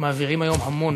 מעבירים היום המון,